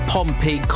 Pompey